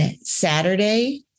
Saturday